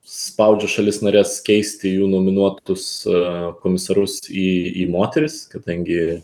spaudžia šalis nares keisti jų nominuotus komisarus į į moteris kadangi